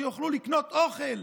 שיוכלו לקנות אוכל.